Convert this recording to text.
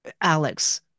Alex